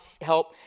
help